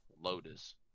Lotus